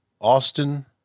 Austin